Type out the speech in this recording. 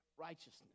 righteousness